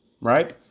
Right